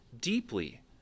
deeply